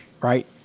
right